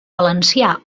valencià